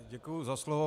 Děkuji za slovo.